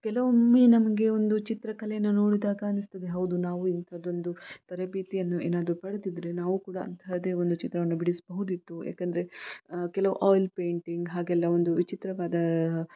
ಕೆಲವೊಮ್ಮೆ ನಮಗೆ ಒಂದು ಚಿತ್ರಕಲೆನ ನೋಡಿದಾಗ ಅನಿಸ್ತದೆ ಹೌದು ನಾವು ಇಂಥದ್ದೊಂದು ತರಬೇತಿಯನ್ನು ಏನಾದ್ರೂ ಪಡೆದಿದ್ದರೆ ನಾವು ಕೂಡ ಅಂತಹದ್ದೇ ಒಂದು ಚಿತ್ರವನ್ನು ಬಿಡಿಸಬಹುದಿತ್ತು ಯಾಕಂದರೆ ಕೆಲವು ಆಯಿಲ್ ಪೇಂಟಿಂಗ್ ಹಾಗೆಲ್ಲ ಒಂದು ವಿಚಿತ್ರವಾದ